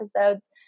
episodes